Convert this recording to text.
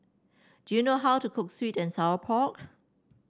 do you know how to cook sweet and Sour Pork